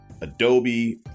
Adobe